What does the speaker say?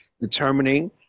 determining